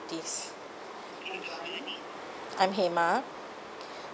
this I'm hema